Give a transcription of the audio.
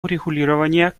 урегулирования